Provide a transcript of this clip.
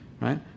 right